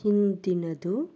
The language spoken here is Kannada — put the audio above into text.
ಹಿಂದಿನದು